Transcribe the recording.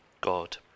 God